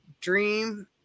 dream